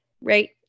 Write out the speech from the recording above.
right